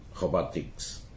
robotics